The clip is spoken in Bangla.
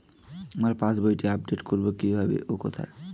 আমার পাস বইটি আপ্ডেট কোরবো কীভাবে ও কোথায়?